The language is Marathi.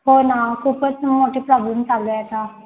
हो ना खूपच मोठे प्रॉब्लेम्स चालू आहे आता